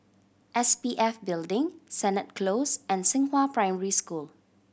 S P F Building Sennett Close and Xinghua Primary School